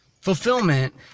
fulfillment